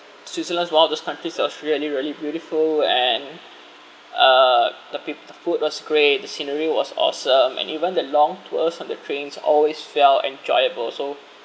switzerland's one of those countries that was really really beautiful and uh the pe~ the food was great the scenery was awesome and even the long tours on the trains always felt enjoyable so